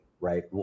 right